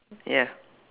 ya